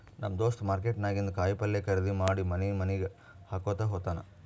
ನಮ್ ದೋಸ್ತ ಮಾರ್ಕೆಟ್ ನಾಗಿಂದ್ ಕಾಯಿ ಪಲ್ಯ ಖರ್ದಿ ಮಾಡಿ ಮನಿ ಮನಿಗ್ ಹಾಕೊತ್ತ ಹೋತ್ತಾನ್